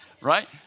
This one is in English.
right